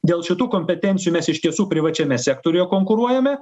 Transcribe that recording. dėl šitų kompetencijų mes iš tiesų privačiame sektoriuje konkuruojame